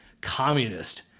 communist